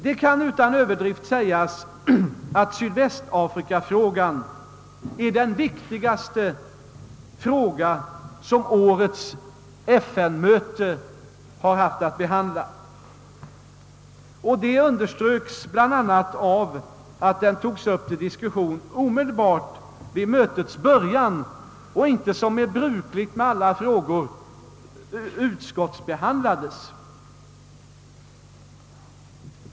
Det kan utan överdrift sägas att sydvästafrikafrågan är den viktigaste fråga som årets FN-möte haft att behandla. Detta underströks bl.a. av att den togs upp till diskussion omedelbart vid mötets början utan att utskottsbehandlas, vilket annars är brukligt.